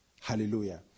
Hallelujah